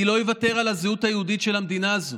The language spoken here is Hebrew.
אני לא אוותר על הזהות היהודית של המדינה הזו.